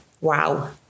wow